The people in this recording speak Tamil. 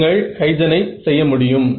நீங்கள் ஹைஜனை செய்ய முடியும்